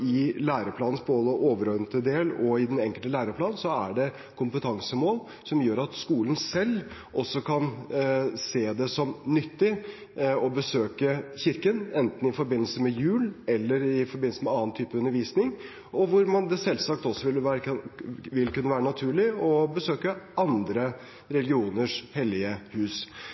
i læreplanens overordnede del og i den enkelte læreplan er kompetansemål som gjør at skolen selv kan se det som nyttig å besøke kirken, enten i forbindelse med julen eller i forbindelse med annen type undervisning, og at det selvsagt også vil kunne være naturlig å besøke andre religioners hellige hus.